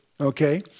okay